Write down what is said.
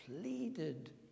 pleaded